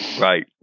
Right